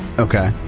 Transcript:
Okay